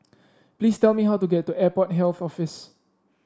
please tell me how to get to Airport Health Office